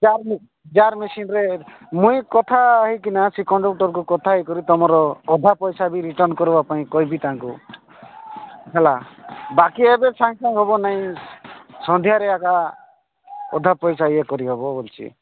ଚାର୍ ଚାର୍ ମେସିନ୍ରେ ମୁଇଁ କଥା ହୋଇକିନା ସେ କଣ୍ଡକ୍ଟରକୁ କଥା ହୋଇକରି ତୁମର ଅଧା ପଇସା ବି ରିଟର୍ଣ୍ଣ କରିବା ପାଇଁ କହିବି ତାଙ୍କୁ ହେଲା ବାକି ଏବେ ସାଙ୍ଗେ ସାଙ୍ଗେ ହେବ ନାଇଁ ସନ୍ଧ୍ୟାରେ ଆଗ ଅଧା ପଇସା ଇଏ କରିହେବ